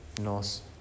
nos